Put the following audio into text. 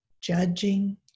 judging